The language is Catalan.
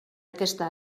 aquesta